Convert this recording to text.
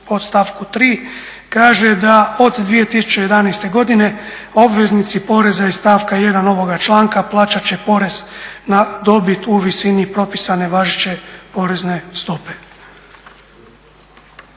podstavku 3. kaže da od 2011. godine obveznici poreza i stavka 1. ovoga članka plaćat će porez na dobit u visini propisane važeće porezne stope.